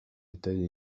états